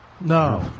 No